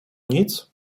nic